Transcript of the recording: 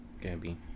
gabby